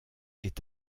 est